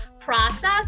process